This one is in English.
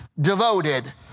devoted